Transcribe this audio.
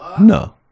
No